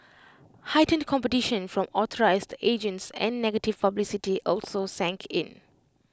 heightened competition from authorised agents and negative publicity also sank in